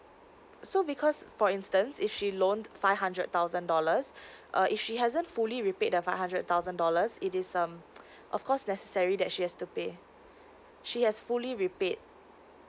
so because for instance if she loan five hundred thousand dollars err if she hasn't fully repeat the five hundred thousand dollars it is um of course necessary that she has to pay she has fully repaid